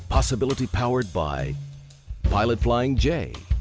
possibility powered by pilot flying j,